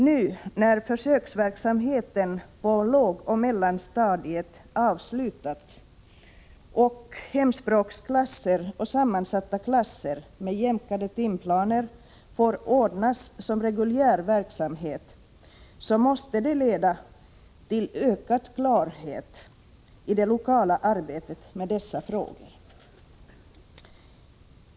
Att försöksverksamheten på lågoch mellanstadiet avslutats och hemspråksklasser och sammansatta klasser, med jämkade timplaner, nu får anordnas som reguljär verksamhet måste leda till ökad klarhet i det lokala arbetet med dessa frågor.